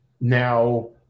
Now